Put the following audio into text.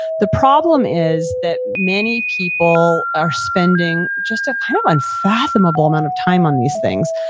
the problem is that many people are spending just a kind of unfathomable amount of time on these things.